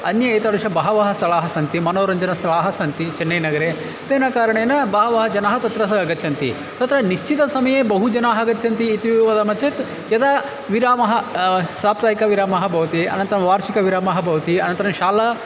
अन्ये एतादृशः बहवः स्थलानि सन्ति मनोरञ्जनस्थलानि सन्ति चेन्नैनगरे तेन कारणेन बहवः जनाः तत्र सः गच्छन्ति तत्र निश्चितसमये बहुजनाः गच्छन्ति इति वदामः चेत् यदा विरामः साप्ताहिकविरामः भवति अनन्तरं वार्षिकविरामः भवति अनन्तरं शाला